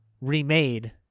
remade